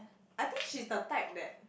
I think she's the type that